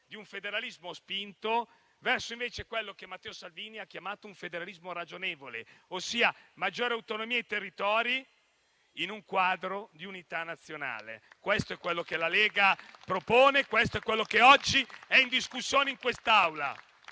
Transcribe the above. di un federalismo spinto verso quello che Matteo Salvini ha chiamato un federalismo ragionevole, ossia una maggiore autonomia ai territori in un quadro di unità nazionale. Questo è quello che la Lega propone e che oggi è in discussione in quest'Aula,